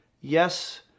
yes